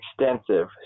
extensive